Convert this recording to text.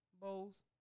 bowls